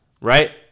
Right